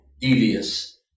devious